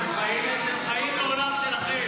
אתם חיים בעולם שלכם,